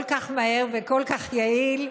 כל כך מהר וכל כך יעיל.